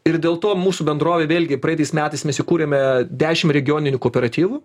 ir dėl to mūsų bendrovėj vėlgi praeitais metais mes įkūrėme dešim regioninių kooperatyvų